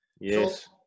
Yes